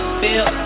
feel